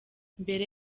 mbere